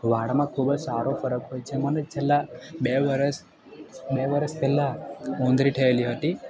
વાળમાં ખૂબ જ સારો ફરક હોય છે મને છેલ્લાં બે વરસ બે વરસ પહેલાં ઉંદરી થએલી હતી